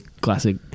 classic